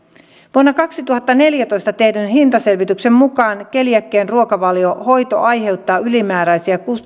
vuonna kaksituhattaneljätoista tehdyn hintaselvityksen mukaan keliakian ruokavaliohoito aiheuttaa ylimääräisiä kustannuksia kuusikymmentäkahdeksan